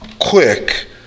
quick